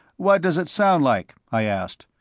what does it sound like, i asked.